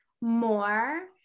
more